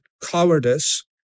cowardice